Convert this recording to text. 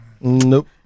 nope